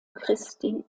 christi